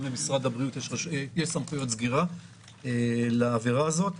למשרד הבריאות יש סמכויות סגירה לעבירה הזאת.